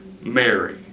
Mary